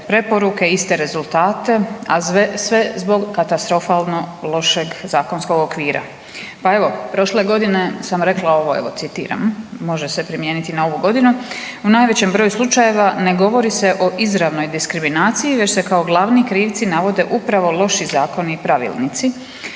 preporuke, iste rezultate, a sve zbog katastrofalno lošeg zakonskog okvira. Pa evo prošle godine sam rekla ovo citiram, može se promijeniti na ovu godinu „U najvećem broju slučajeva ne govori se o izravnoj diskriminaciji već se kao glavni krivci navode upravo loši zakoni i pravilnici.